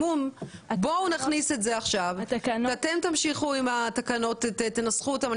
בואו נכניס את זה עכשיו ואתם תמשיכו עם התקנות ותנסחו אותן.